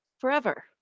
Forever